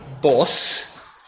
boss